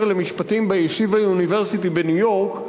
למשפטים ב"ישיבה יוניברסיטי" בניו-יורק,